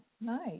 Nice